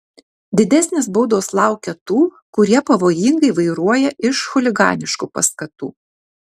didesnės baudos laukia tų kurie pavojingai vairuoja iš chuliganiškų paskatų